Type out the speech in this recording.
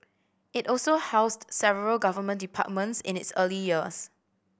it also housed several Government departments in its early years